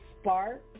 Spark